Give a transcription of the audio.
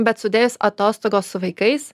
bet sudėjus atostogos su vaikais